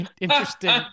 interesting